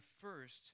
first